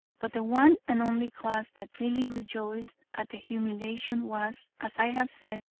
but the one and only class that really rejoiced at the humiliation was, as i have said,